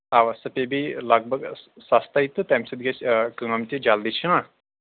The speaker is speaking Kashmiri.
اَوا سُہ تہِ پیٚیہِ لگ بگ سَستَے تہٕ تَمہِ سۭتۍ گژھِ کٲم تہِ جلدی چھِنہ